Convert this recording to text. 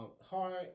Hard